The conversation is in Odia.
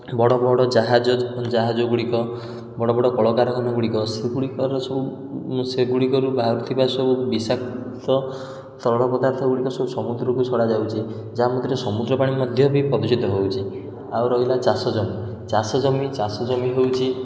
ବଡ଼ ବଡ଼ ଜାହାଜ ଜାହାଜ ଗୁଡ଼ିକ ବଡ଼ ବଡ଼ କଳକାରଖାନା ଗୁଡ଼ିକ ସେଗୁଡ଼ିକର ସବୁ ସେଗୁଡ଼ିକରୁ ବାହାରୁ ଥିବା ସବୁ ବିଷାକ୍ତ ତରଳ ପଦାର୍ଥ ଗୁଡ଼ିକ ସବୁ ସମୁଦ୍ରକୁ ଛଡ଼ା ଯାଉଛି ଯାହା ମଧ୍ୟରେ ସମୁଦ୍ର ପାଣି ମଧ୍ୟ ବି ପ୍ରଦୂଷିତ ହେଉଛି ଆଉ ରହିଲା ଚାଷ ଜମି ଚାଷ ଜମି ଚାଷ ଜମି ହେଉଛି